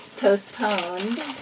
postponed